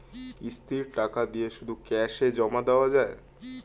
কিস্তির টাকা দিয়ে শুধু ক্যাসে জমা দেওয়া যায়?